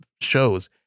shows